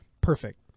perfect